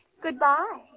Goodbye